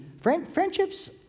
Friendships